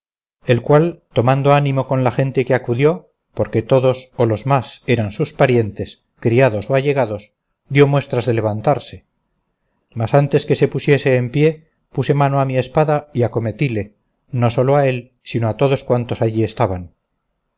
el cual tomando ánimo con la gente que acudió porque todos o los más eran sus parientes criados o allegados dio muestras de levantarse mas antes que se pusiese en pie puse mano a mi espada y acometíle no sólo a él sino a todos cuantos allí estaban